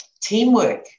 teamwork